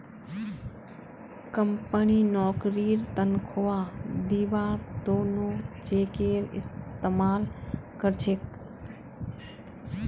company नौकरीर तन्ख्वाह दिबार त न चेकेर इस्तमाल कर छेक